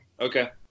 Okay